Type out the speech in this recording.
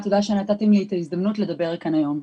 תודה שנתתם לי את ההזדמנות לדבר כאן היום.